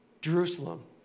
Jerusalem